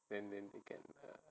then then they can ah